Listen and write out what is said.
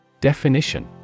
Definition